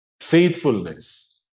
faithfulness